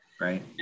right